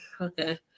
okay